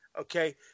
Okay